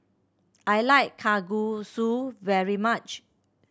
I like Kalguksu very much